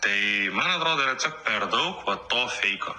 tai man atrodo yra tiesiog per daug va to feiko